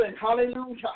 Hallelujah